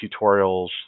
tutorials